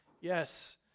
yes